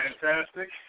Fantastic